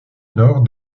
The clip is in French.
nord